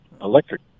electric